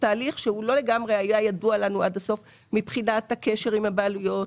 תהליך שהוא לא לגמרי היה ידוע לנו עד הסוף מבחינת הקשר עם הבעלויות,